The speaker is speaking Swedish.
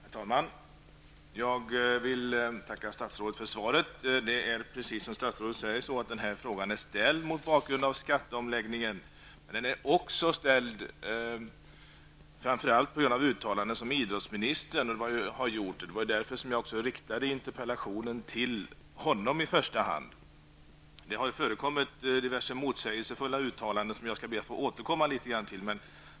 Herr talman! Jag vill tacka statsrådet för svaret. Det är precis som statsrådet säger så, att interpellationen är ställd mot bakgrund av skatteomläggningen. Men huvudorsaken till att jag har ställt interpellationen är en del uttalanden av idrottsministern, och det är också anledningen till att jag i första hand riktade interpellationen till honom. Det har förekommit diverse motsägelsefulla uttalanden, som jag skall be att få återkomma till.